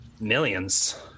millions